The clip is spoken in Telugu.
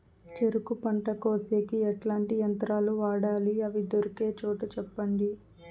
చెరుకు పంట కోసేకి ఎట్లాంటి యంత్రాలు వాడాలి? అవి దొరికే చోటు చెప్పండి?